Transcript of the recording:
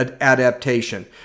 adaptation